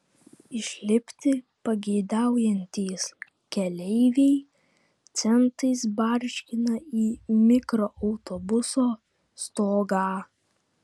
išlipti pageidaujantys keleiviai centais barškina į mikroautobuso stogą